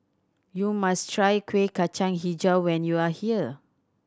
you must try Kuih Kacang Hijau when you are here